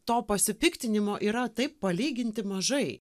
to pasipiktinimo yra taip palyginti mažai